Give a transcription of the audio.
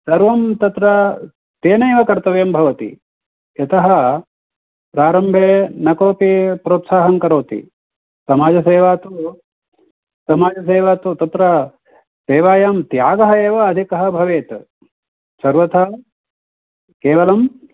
सर्वं तत्र तेन एव कर्तव्यं भवति यतः प्रारम्भे न कोपि प्रोत्साहं करोति समाजसेवा तु समाजसेवा तु तत्र सेवायां त्यागः एव अधिकः भवेत् सर्वदा केवलम्